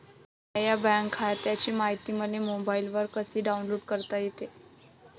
माह्या बँक खात्याची मायती मले मोबाईलवर कसी डाऊनलोड करता येते?